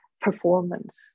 performance